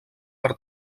per